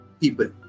people